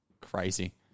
Crazy